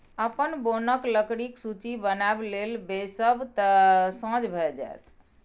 अपन बोनक लकड़ीक सूची बनाबय लेल बैसब तँ साझ भए जाएत